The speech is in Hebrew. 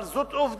אבל זאת עובדה.